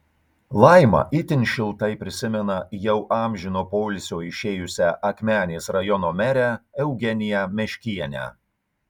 laima itin šiltai prisimena jau amžino poilsio išėjusią akmenės rajono merę eugeniją meškienę